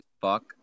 fuck